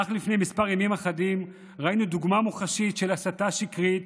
אך לפני ימים אחדים ראינו דוגמה מוחשית של הסתה שקרית